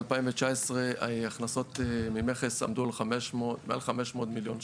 ב-2019 הכנסות ממכס עמדו על מעל 500 מיליון ש"ח,